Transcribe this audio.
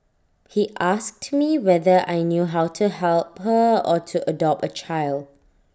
he asked me whether I knew how to help her or to adopt A child